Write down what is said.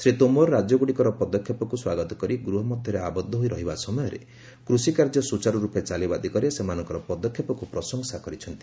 ଶ୍ରୀ ତୋମର ରାଜ୍ୟଗୁଡ଼ିକର ପଦକ୍ଷେପକୁ ସ୍ୱାଗତ କରି ଗୃହ ମଧ୍ୟରେ ଆବଦ୍ଧ ହୋଇ ରହିବା ସମୟରେ କୃଷିକାର୍ଯ୍ୟ ସୂଚାରୁ ରୂପେ ଚାଲିବା ଦିଗରେ ସେମାନଙ୍କର ପଦକ୍ଷେପକୁ ପ୍ରଶଂସା କରିଛନ୍ତି